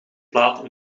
plaat